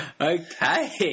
Okay